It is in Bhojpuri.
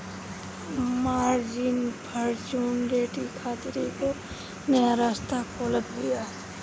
मार्जिन फ्यूचर ट्रेडिंग खातिर एगो नया रास्ता खोलत बिया